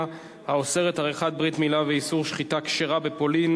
האוסרת עריכת ברית-מילה ואיסור שחיטה כשרה בפולין,